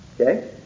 Okay